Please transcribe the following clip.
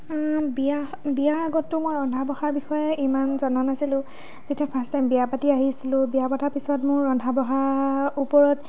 বিয়া বিয়াৰ আগতটো মই ৰন্ধা বহাৰ বিষয়ে ইমান জনা নাছিলোঁ যেতিয়া ফাৰ্ষ্ট টাইম বিয়া পাতি আহিছিলোঁ বিয়া পাতি অহাৰ পাছত মোৰ ৰন্ধা বঢ়াৰ ওপৰত